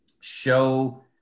show